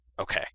Okay